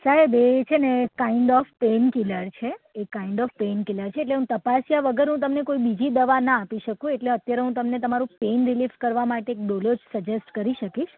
સાહેબ એ છે ને કાઈન્ડ ઓફ પેન કીલર છે એ કાઈન્ડ ઓફ પેન કીલર છે એટલે હું તપાસ્યા વગર હું તમને કોઈ બીજી દવા ના આપી શકું એટલે અત્યારે હું તમને તમારું પેઇન રિલીફ કરવા માટે એક ડોલો જ સજેસ્ટ કરી શકીશ